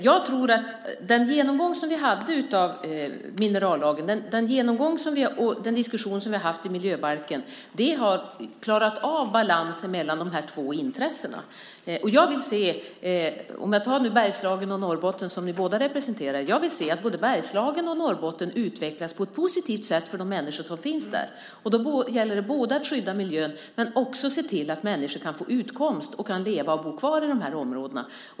Jag tror att den genomgång som vi gjorde av minerallagen och den diskussion som vi fört om miljöbalken har klarat av balansen mellan de här två intressena. Ni båda representerar Bergslagen och Norrbotten, och jag vill se att både Bergslagen och Norrbotten utvecklas på ett positivt sätt för de människor som finns där. Då gäller det att skydda miljön och också att se till att människor kan få utkomst och kan leva och bo kvar i de här områdena.